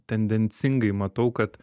tendencingai matau kad